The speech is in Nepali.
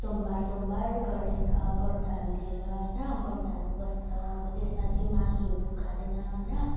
सोमबार सोमबार गरेर व्रतहरू लिएर होइन व्रतहरू बस्छ अब त्यसमा चाहिँ मासुहरू खाँदैन होइन